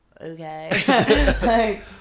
Okay